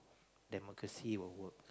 democracy will work